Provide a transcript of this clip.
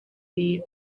beam